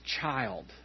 child